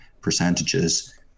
percentages